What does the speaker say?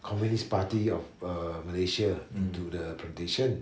communist party of uh malaysia into the plantation